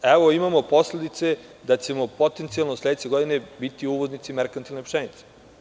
Evo, imamo posledice da ćemo potencijalno sledeće godine biti uvoznici merkantilne pšenice.